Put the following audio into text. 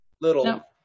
Little